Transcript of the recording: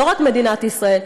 לא רק מדינת ישראל,